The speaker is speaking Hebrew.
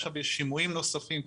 עכשיו יש שימועים נוספים,